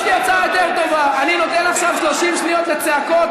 יש לי הצעה יותר טובה: אני נותן עכשיו 30 שניות לצעקות,